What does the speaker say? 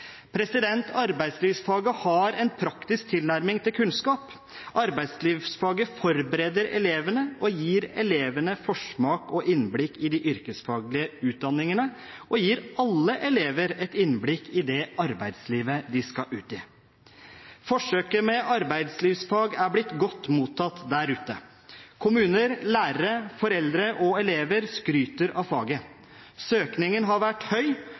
Arbeidslivsfaget har en praktisk tilnærming til kunnskap. Arbeidslivsfaget forbereder elevene og gir elevene en forsmak på og et innblikk i de yrkesfaglige utdanningene, og gir alle elever et innblikk i det arbeidslivet de skal ut i. Forsøket med arbeidslivsfag er blitt godt mottatt der ute. Kommuner, lærere, foreldre og elever skryter av faget. Søkningen har vært høy